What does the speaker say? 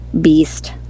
Beast